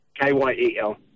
K-Y-E-L